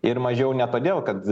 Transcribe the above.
ir mažiau ne todėl kad